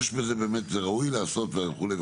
נכון,